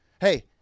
Hey